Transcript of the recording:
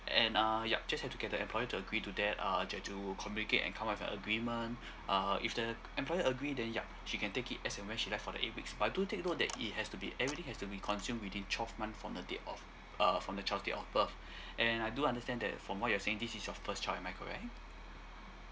and uh yup just have to get the employer to agree to that uh just to communicate and come up with an agreement uh if the employer agree then yup she can take it as and when she like for the eight weeks but do take note that it has to be actually everything have to be consumed within twelve month from the date of uh from the child date of birth and I do understand from what you're saying this is your first child am I correct